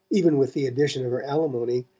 even with the addition of her alimony,